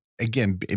Again